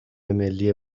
ملی